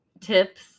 tips